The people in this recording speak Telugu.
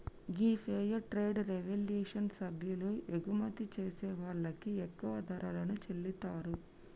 గీ ఫెయిర్ ట్రేడ్ రెవల్యూషన్ సభ్యులు ఎగుమతి చేసే వాళ్ళకి ఎక్కువ ధరలను చెల్లితారు